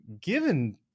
Given